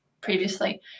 previously